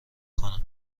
کنم